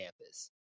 Campus